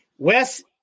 Wes